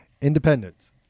Independence